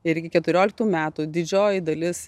irgi keturioliktų metų didžioji dalis